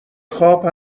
خواب